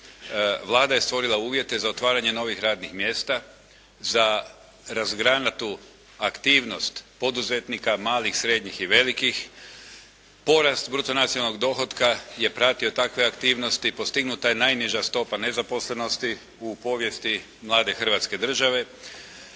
Vlada je stvorila uvjete za otvaranje novih radnih mjesta za razgranatu aktivnost poduzetnika malih, srednjih i velikih, porast bruto nacionalnog dohotka je pratio takve aktivnosti, postignuta je najniža stopa nezaposlenosti u povijesti mlade Hrvatske države,